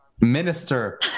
minister